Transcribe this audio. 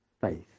faith